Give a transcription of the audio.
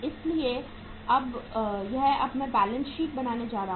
इसलिए यह अब मैं बैलेंस शीट बनने जा रहा है